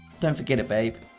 don't forget it, babe!